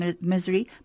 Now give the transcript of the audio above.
misery